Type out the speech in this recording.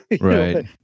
Right